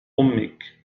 أمك